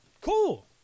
Cool